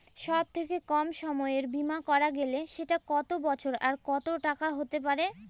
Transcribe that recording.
সব থেকে কম সময়ের বীমা করা গেলে সেটা কত বছর আর কত টাকার হতে পারে?